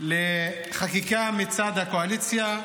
לחקיקה מצד הקואליציה.